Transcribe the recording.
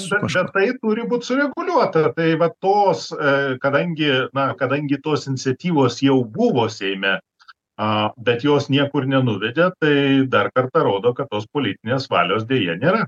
bet bet tai turi būt sureguliuota tai va tos e kadangi na kadangi tos iniciatyvos jau buvo seime a bet jos niekur nenuvedė tai dar kartą rodo kad tos politinės valios deja nėra